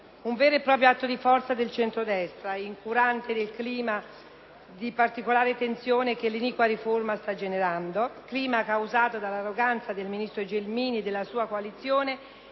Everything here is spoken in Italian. Un vero eproprio atto di forza che il centrodestra, incurante del clima di particolare tensione che inquina la riforma, causato anche dall’arroganza del ministro Gelmini e della sua coalizione,